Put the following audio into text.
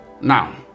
Now